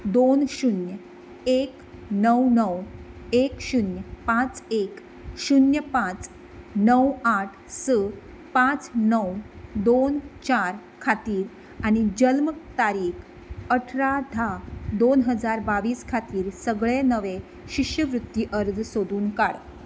दोन शून्य एक णव णव एक शून्य पांच एक शून्य पांच णव आठ स पांच णव दोन चार खातीर आनी जल्म तारीख अठरा धा दोन हजार बावीस खातीर सगळे नवे शिश्यवृती अर्ज सोदून काड